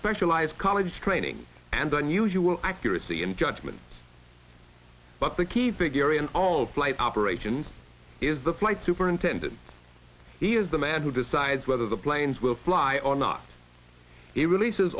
specialized college training and unusual accuracy in judgment but the key figure in all flight operations is the flight superintendent he is the man who decides whether the planes will fly or not he releases